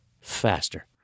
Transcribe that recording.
faster